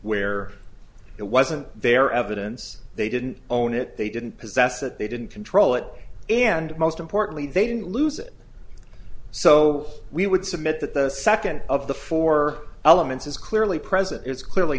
where it wasn't their evidence they didn't own it they didn't possess it they didn't control it and most importantly they didn't lose it so we would submit that the second of the four elements is clearly present is clearly